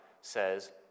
says